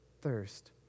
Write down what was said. thirst